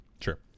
Sure